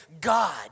God